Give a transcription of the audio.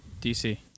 DC